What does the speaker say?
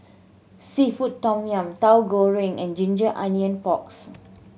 seafood tom yum Tahu Goreng and ginger onion porks